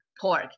pork